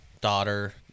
daughter